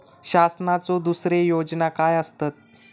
शासनाचो दुसरे योजना काय आसतत?